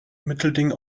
mittelding